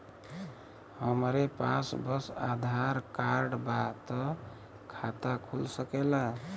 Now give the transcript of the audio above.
हमरे पास बस आधार कार्ड बा त खाता खुल सकेला?